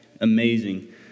amazing